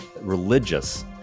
religious